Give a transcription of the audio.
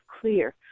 clear